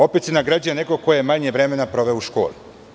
Opet se nagrađuje neko ko je manje vremena proveo u školi.